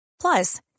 Plus